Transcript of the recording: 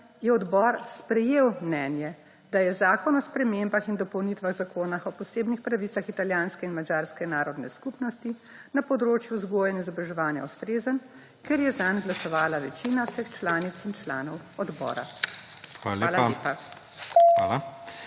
je odbor sprejel mnenje, da je Zakon o spremembah in dopolnitvah Zakona o posebnih pravicah italijanske in madžarske narodne skupnosti na področju vzgoje in izobraževanja ustrezen, ker je zanj glasovala večina vseh članic in članov odbora. Hvala lepa.